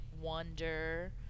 wonder